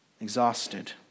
exhausted